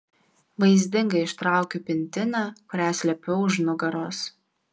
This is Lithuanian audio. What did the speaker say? vaizdingai ištraukiu pintinę kurią slėpiau už nugaros